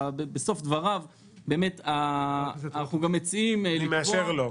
בסוף דבריו --- אני מאשר לו.